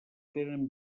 tenen